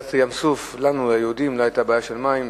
בקריעת ים-סוף לנו היהודים לא היתה בעיה של מים.